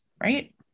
Right